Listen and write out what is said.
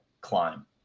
climb